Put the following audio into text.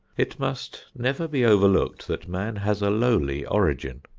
it must never be overlooked that man has a lowly origin.